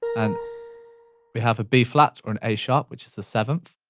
and we have a b flat or an a sharp, which is the seventh.